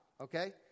okay